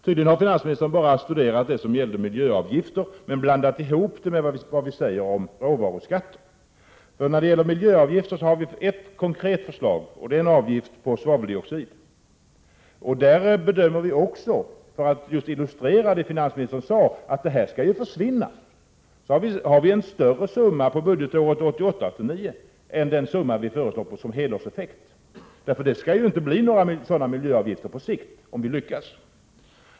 Tydligen har finansministern enbart studerat det förslag som gällde miljöavgifter, men blandat ihop det med vad vi säger om råvaruskatter. När det gäller miljöavgifter har vi ett konkret förslag, nämligen en avgift på svaveldioxid. För att illustrera det som finansministern sade om att detta skall försvinna har vi tagit upp en större summa för budgetåret 1988/89 än den summa som vi föreslår som helårseffekt. Om vi lyckas skall det inte bli några sådana miljöavgifter på sikt.